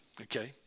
Okay